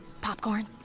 Popcorn